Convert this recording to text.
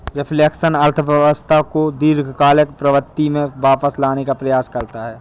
reflection अर्थव्यवस्था को दीर्घकालिक प्रवृत्ति में वापस लाने का प्रयास करता है